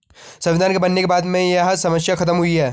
संविधान के बनने के बाद में यह समस्या खत्म हुई है